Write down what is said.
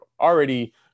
already